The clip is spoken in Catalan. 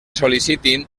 sol·licitin